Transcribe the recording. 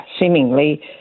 seemingly